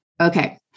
Okay